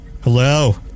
Hello